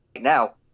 now